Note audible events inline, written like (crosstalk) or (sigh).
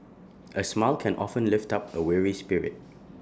A smile can often lift up (noise) A weary spirit